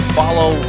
follow